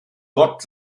gott